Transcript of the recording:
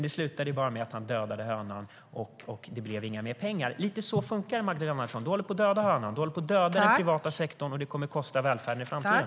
Det slutade ju bara med att han dödade hönan, och det blev inga mer pengar. Lite så funkar det, Magdalena Andersson. Du håller på att döda hönan. Du håller på att döda den privata sektorn, och det kommer att kosta välfärden i framtiden.